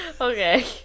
Okay